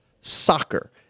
soccer